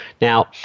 Now